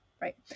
Right